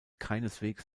keineswegs